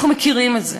אנחנו מכירים את זה.